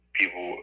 people